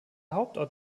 hauptort